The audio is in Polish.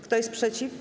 Kto jest przeciw?